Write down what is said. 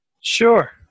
Sure